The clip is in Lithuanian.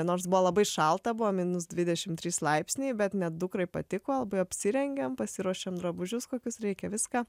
nors buvo labai šalta buvo minus dvidešim trys laipsniai bet net dukrai patiko labai apsirengėm pasiruošėm drabužius kokius reikia viską